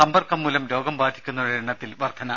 സമ്പർക്കംമൂലം രോഗം ബാധിക്കുന്നവരുടെ എണ്ണത്തിൽ വർധന